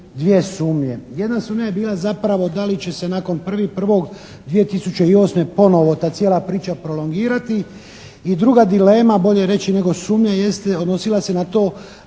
dvije sumnje. Jedna sumnja je bila zapravo da li će se nakon 1.1.2008. ponovo ta cijela priča prolongirati. I druga dilema, bolje reći nego sumnja jeste, odnosila se na to